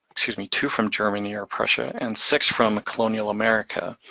excuse me, two from germany or prussia, and six from colonial america.